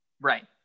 Right